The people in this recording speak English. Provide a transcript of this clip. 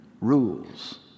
rules